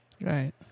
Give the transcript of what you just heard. Right